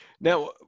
Now